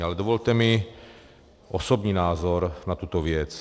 Ale dovolte mi osobní názor na tuto věc.